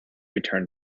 return